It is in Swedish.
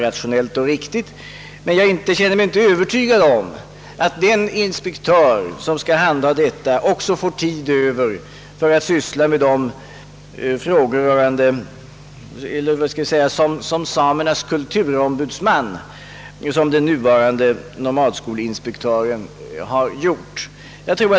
Men jag känner mig inte övertygad om att den inspektör som skall handha denna uppgift får tid att fungera också såsom en samernas kulturombudsman, som den nuvarande nomadskolinspektören har gjort.